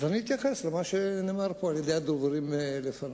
אני אתייחס למה שנאמר פה על-ידי הדוברים לפני.